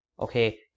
okay